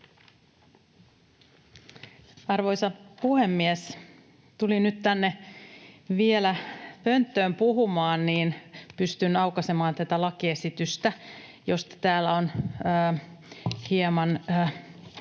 Arvoisa puhemies! Tulin nyt vielä tänne pönttöön puhumaan, niin että pystyn aukaisemaan tätä lakiesitystä, josta täällä on hieman